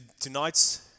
tonight's